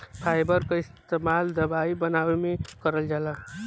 fibre क इस्तेमाल दवाई बनावे में करल जाला